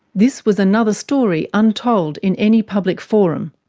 this was another story untold in any public forum,